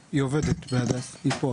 עובדת במחלקה האונקולוגית לילדים ב-׳הדסה׳.